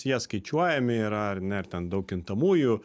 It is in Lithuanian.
jie skaičiuojami yra ar ne ir ten daug kintamųjų